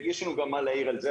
יש לנו גם מה להעיר הזה,